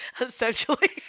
essentially